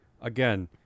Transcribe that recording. again